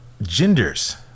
genders